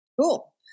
cool